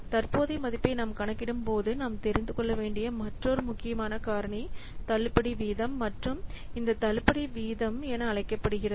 தற்போதைய மதிப்பை நாம் கணக்கிடும்போது நாம் தெரிந்து கொள்ள வேண்டிய மற்றொரு முக்கியமான காரணி தள்ளுபடி வீதம் மற்றும் இந்த தள்ளுபடி என அழைக்கப்படுகிறது